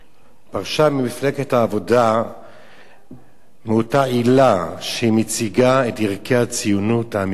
פרשה ממפלגת העבודה מאותה עילה שהיא מציגה את ערכי הציונות האמיתיים.